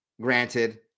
granted